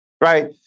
right